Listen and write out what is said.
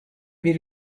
bir